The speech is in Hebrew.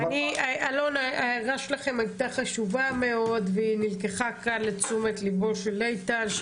ההערה שלכם הייתה חשובה מאוד והיא נלקחה כאן לתשומת ליבו של איתן הורן,